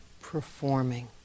performing